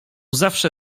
zawsze